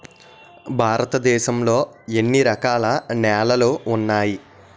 భారతదేశం లో ఎన్ని రకాల నేలలు ఉన్నాయి?